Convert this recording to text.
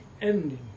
ending